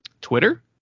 twitter